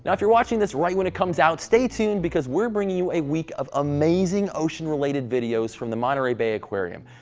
if you're watching this right when it comes out, stay tuned because we're bringing you a week of amazing ocean-related videos from the monterey bay aquarium.